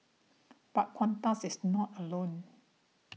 but Qantas is not alone